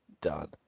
done